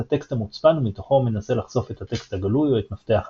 הטקסט מוצפן ומתוכו הוא מנסה לחשוף את הטקסט הגלוי או את מפתח ההצפנה.